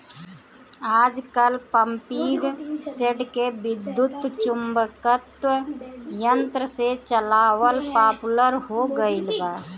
आजकल पम्पींगसेट के विद्युत्चुम्बकत्व यंत्र से चलावल पॉपुलर हो गईल बा